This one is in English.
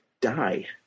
die